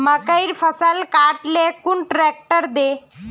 मकईर फसल काट ले कुन ट्रेक्टर दे?